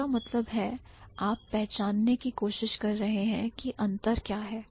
इसका मतलब है आप पहचानने की कोशिश यही है कि अंतर क्या हैं